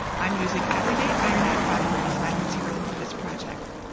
i'm using everyday iron-on vinyl as my material for this project.